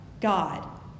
God